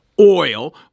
oil